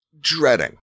dreading